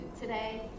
today